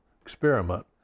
experiment